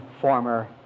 former